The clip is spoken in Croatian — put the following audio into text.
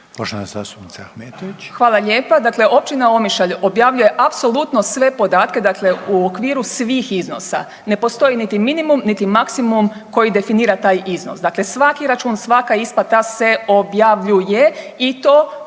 Hvala lijepa. Dakle općina Omišalj objavljuje apsolutno sve podatke dakle u okviru svih iznosa. Ne postoji niti minimum niti maksimum koji definira taj iznos. Dakle svaki račun, svaka isplata se objavljuje i to